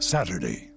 Saturday